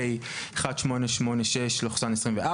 פ/1886/24